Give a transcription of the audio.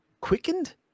Quickened